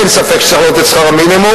אין ספק שצריך להעלות את שכר המינימום,